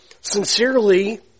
Sincerely